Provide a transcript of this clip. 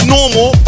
Normal